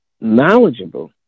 knowledgeable